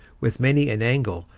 with many an angle,